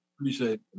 Appreciate